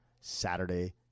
Saturday